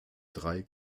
drei